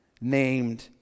named